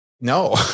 no